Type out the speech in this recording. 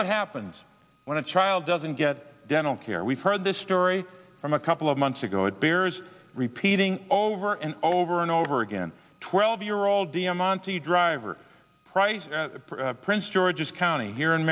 what happens when a child doesn't get dental care we've heard this story from a couple of months ago it bears repeating over and over and over again twelve year old de'monte driver price prince george's county here in